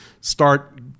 start